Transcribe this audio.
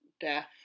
death